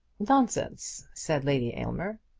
nonsense, said lady aylmer.